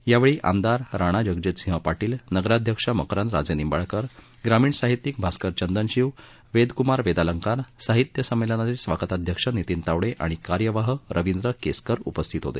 यावेळी आमदार राणाजगजितसिंह पाटील नगराध्यक्ष मकरंद राजेनिंबाळकर ग्रामीण साहित्यिक भास्कर चंदनशिव वेदकुमार वेदालंकार साहित्य संमेलनाचे स्वागताध्यक्ष नितीन तावडे आणि कार्यवाह रवींद्र केसकर उपस्थित होते